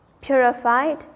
purified